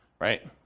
right